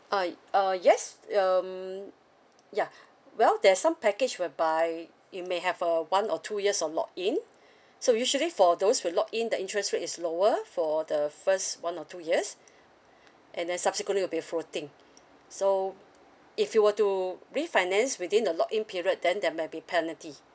I uh yes um yeah well there's some package whereby you may have a one or two years of lock in so usually for those who lock in the interest rate is lower for the first one or two years and then subsequently will be floating so if you were to refinance within the lock in period then there might be penalty